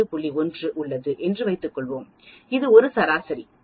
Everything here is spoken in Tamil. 1 உள்ளது என்று வைத்துக்கொள்வோம்இது ஒரு சராசரி